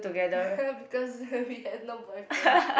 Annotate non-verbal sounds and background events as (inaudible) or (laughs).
(laughs) because we had no boyfriends